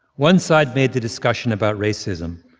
one side made the discussion about racism,